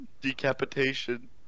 Decapitation